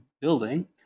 building